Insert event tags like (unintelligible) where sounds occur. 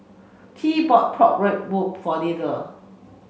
Tea bought pork rib (unintelligible) for Tilda